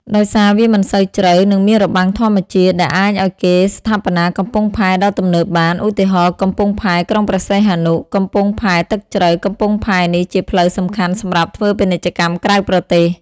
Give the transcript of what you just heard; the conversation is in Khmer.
ដោយសារវាមិនសូវជ្រៅ និងមានរបាំងធម្មជាតិ ដែលអាចឱ្យគេស្ថាបនាកំពង់ផែដ៏ទំនើបបាន ឧទាហរណ៍ កំពង់ផែក្រុងព្រះសីហនុ កំពង់ផែទឹកជ្រៅ កំពង់ផែនេះជាផ្លូវសំខាន់សម្រាប់ធ្វើពាណិជ្ជកម្មក្រៅប្រទេស។